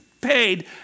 paid